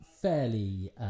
fairly